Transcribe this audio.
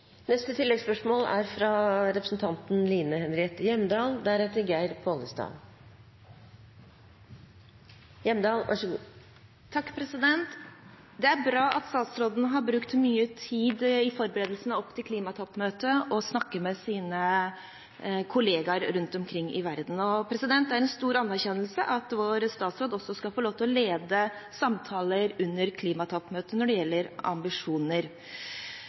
Line Henriette Hjemdal – til oppfølgingsspørsmål. Det er bra at statsråden har brukt mye tid i forberedelsene opp mot klimatoppmøtet og snakker med sine kollegaer rundt omkring i verden. Det er en stor anerkjennelse at vår statsråd også skal få lov til å lede samtaler under klimatoppmøtet når det gjelder ambisjoner.